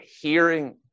hearing